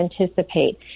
anticipate